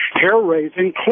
hair-raising